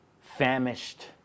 famished